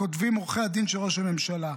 כותבים עורכי הדין של ראש הממשלה,